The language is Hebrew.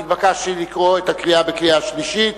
נתבקשתי לקרוא קריאה שלישית.